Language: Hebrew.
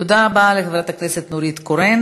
תודה רבה לחברת הכנסת נורית קורן.